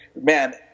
man